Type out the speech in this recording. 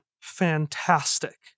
fantastic